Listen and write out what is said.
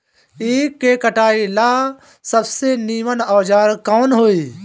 ईख के कटाई ला सबसे नीमन औजार कवन होई?